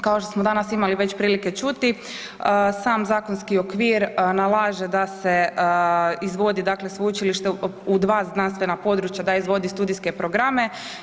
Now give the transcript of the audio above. Kao što smo danas imali već prilike čuti, sam zakonski okvir nalaže da se izvodi, dakle sveučilište u 2 znanstvena područja, da izvodi studijske programe.